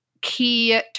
key